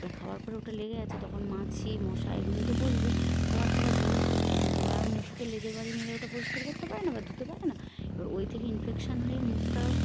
এবার খাওয়ার পরে ওটা লেগে আছে তখন মাছি মশা এগুলো তো বসবে খাবার খাওয়ার জন্য তখন তো ওরা আরও মুখে তো লেজের বাড়ি মেরে ওটা পরিষ্কার করতে পারে না বা ধুতে পারে না এবার ওই থেকে ইনফেকশান হয়ে মুখটাও